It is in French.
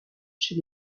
chez